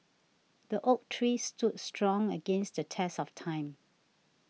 the oak tree stood strong against the test of time